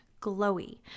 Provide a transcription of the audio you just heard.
glowy